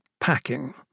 packing